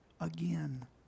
again